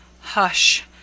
Hush